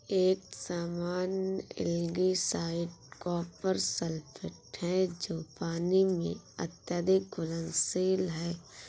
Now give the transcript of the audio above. एक सामान्य algicide copper sulphate है जो पानी में अत्यधिक घुलनशील है